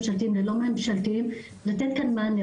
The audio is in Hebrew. ממשלתיים ללא ממשלתיים - לתת כאן מענה.